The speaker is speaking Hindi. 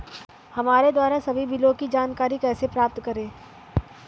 हमारे द्वारा सभी बिलों की जानकारी कैसे प्राप्त करें?